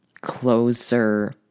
closer